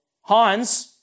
Hans